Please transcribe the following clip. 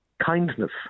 kindness